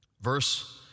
Verse